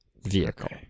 vehicle